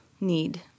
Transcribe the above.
need